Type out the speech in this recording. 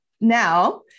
now